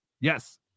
yes